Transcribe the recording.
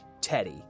Teddy